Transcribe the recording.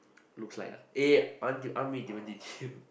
looks like ah eh I want to I want meet Timothy too